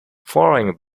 following